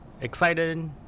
excited